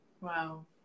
Wow